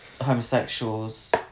homosexuals